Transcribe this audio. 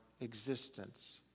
existence